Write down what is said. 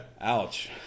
Ouch